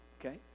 okay